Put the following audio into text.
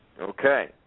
Okay